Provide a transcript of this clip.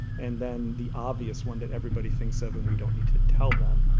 and then the obvious one that everybody thinks of, and we don't need to tell them,